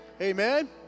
amen